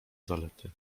zalety